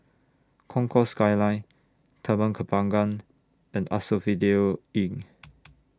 Concourse Skyline Taman Kembangan and Asphodel Inn